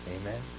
Amen